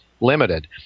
Limited